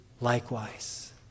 likewise